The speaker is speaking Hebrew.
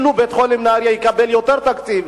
אם בית-חולים נהרייה יקבל יותר תקציב,